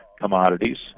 commodities